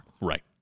Right